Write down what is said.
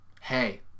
Hey